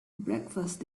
breakfast